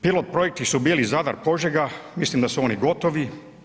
Pilot-projekti su bili Zadar, Požega, mislim da su oni gotovi.